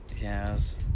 Yes